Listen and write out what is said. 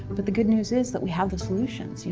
but the good news is that we have the solutions. you